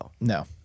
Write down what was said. No